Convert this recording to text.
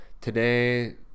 today